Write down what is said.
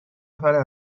نفره